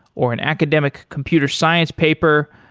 or an academic computer science paper.